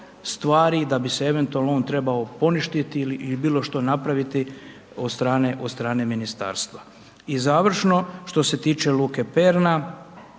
stvari da bi se eventualno on trebao poništiti ili bilo što napraviti od strane ministarstva. I završno, što se tiče luke Perna,